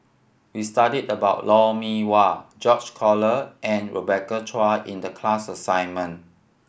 we studied about Lou Mee Wah George Collyer and Rebecca Chua in the class assignment